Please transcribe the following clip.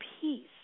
peace